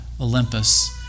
Olympus